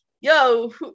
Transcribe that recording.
Yo